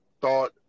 thought